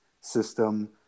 system